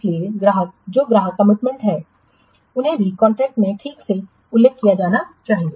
इसलिए ग्राहक जो ग्राहक कमिटमेंट हैं उन्हें भी कॉन्ट्रैक्ट में ठीक से उल्लेख किया जाना चाहिए